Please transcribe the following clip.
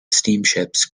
steamships